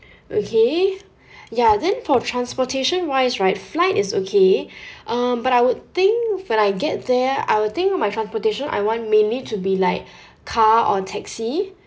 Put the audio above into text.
okay ya then for transportation wise right flight is okay um but I would think when I get there I would think of my transportation I want mainly to be like car or taxi